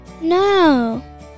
No